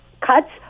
cuts